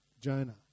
Jonah